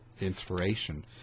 inspiration